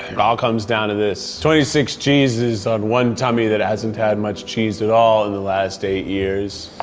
it all comes down to this. twenty six cheeses on one tummy that hasn't had much cheese at all in the last eight years.